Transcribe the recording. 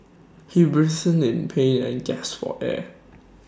he writhed in pain and gasped for air